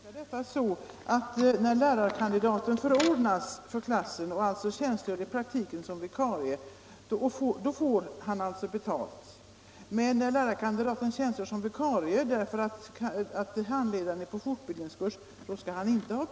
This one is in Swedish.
Herr talman! Kan jag tolka detta så att lärarkandidaten får betalt när han förordnas och i praktiken tjänstgör som vikarie, men att lärarkandidaten inte får betalt när han tjänstgör som vikarie därför att handledaren är på fortbildning?